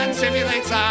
simulates